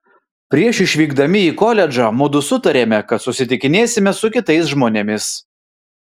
prieš išvykdami į koledžą mudu sutarėme kad susitikinėsime su kitais žmonėmis